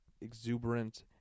exuberant